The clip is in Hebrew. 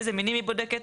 אילו מינים היא בודקת.